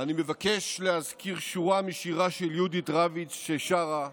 אני מבקש להזכיר שורה משירה של יהודית רביץ, ששרה: